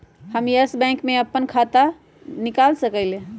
हम यस बैंक में अप्पन नया खाता खोलबईलि ह